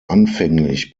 anfänglich